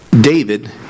David